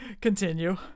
Continue